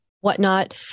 whatnot